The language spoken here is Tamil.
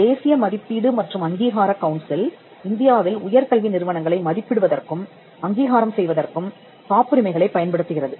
தேசிய மதிப்பீடு மற்றும் அங்கீகார கவுன்சில் இந்தியாவில் உயர்கல்வி நிறுவனங்களை மதிப்பிடுவதற்கும் அங்கீகாரம் செய்வதற்கும் காப்புரிமைகளைப் பயன்படுத்துகிறது